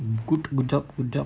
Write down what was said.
good good job good job